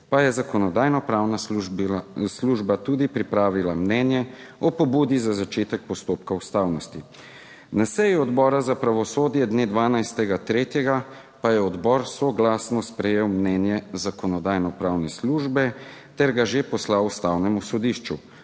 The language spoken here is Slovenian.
pa je Zakonodajno-pravna služba tudi pripravila mnenje o pobudi za začetek postopka ustavnosti. Na seji Odbora za pravosodje dne 12. 3. pa je odbor soglasno sprejel mnenje Zakonodajno-pravne službe ter ga že poslal Ustavnemu sodišču,